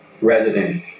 resident